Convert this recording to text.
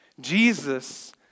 Jesus